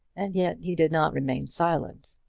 and yet he did not remain silent.